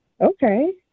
Okay